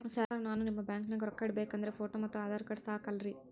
Sir ನಾನು ನಿಮ್ಮ ಬ್ಯಾಂಕನಾಗ ರೊಕ್ಕ ಇಡಬೇಕು ಅಂದ್ರೇ ಫೋಟೋ ಮತ್ತು ಆಧಾರ್ ಕಾರ್ಡ್ ಸಾಕ ಅಲ್ಲರೇ?